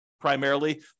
primarily